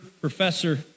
professor